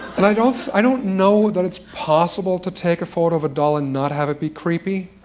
and i don't i don't know that it's possible to take a photo of a doll and not have it be creepy.